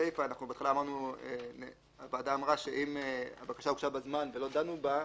לגבי הסיפא הוועדה אמרה שאם הבקשה הוגשה בזמן ולא דנו בה,